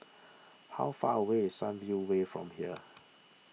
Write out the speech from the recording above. how far away is Sunview Way from here